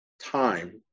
time